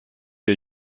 der